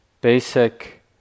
basic